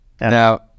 Now